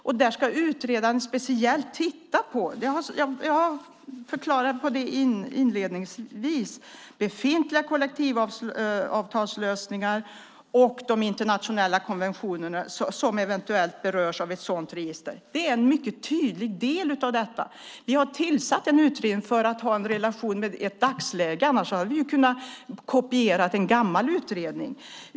Jag har förklarat inledningsvis att utredaren speciellt ska titta på befintliga kollektivavtalslösningar och de internationella konventioner som eventuellt berörs av ett sådant register. Det är en mycket tydlig del av detta. Vi har tillsatt en utredning för att ha en relation med dagsläget - annars hade vi ju kunnat kopiera en gammal utredning.